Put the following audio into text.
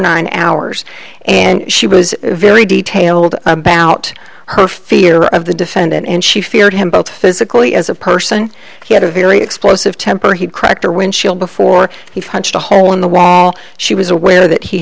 nine hours and she was very detailed about her fear of the defendant and she feared him both physically as a person he had a very explosive temper he cracked or windshield before he hunched a hole in the wall she was aware that he